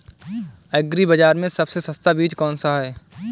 Agree बाज़ार में सबसे सस्ता बीज कौनसा है?